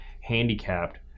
handicapped